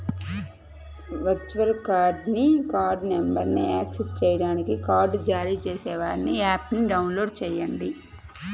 virtual కార్డ్ని card నంబర్ను access చేయడానికి కార్డ్ జారీ చేసేవారి యాప్ని డౌన్లోడ్ చేయండి